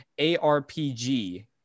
arpg